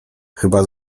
chyba